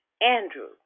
Andrew